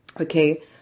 okay